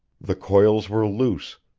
the coils were loose,